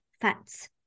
fats